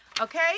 Okay